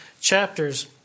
chapters